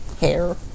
Hair